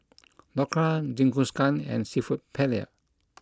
Dhokla Jingisukan and Seafood Paella